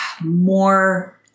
more